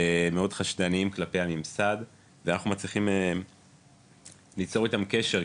מאוד חשדנים כלפי הממסד ואנחנו מצליחים ליצור איתם קשר,